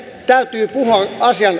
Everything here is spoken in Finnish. täytyy puhua